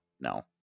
No